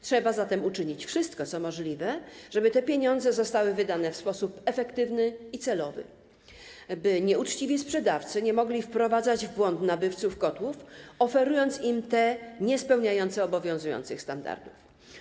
Trzeba zatem uczynić wszystko, co możliwe, żeby te pieniądze zostały wydane w sposób efektywny i celowy, by nieuczciwi sprzedawcy nie mogli wprowadzać w błąd nabywców kotłów, oferując im te niespełniające obowiązujących standardów.